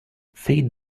feed